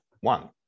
One